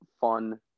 fun